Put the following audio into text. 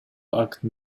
акт